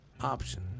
option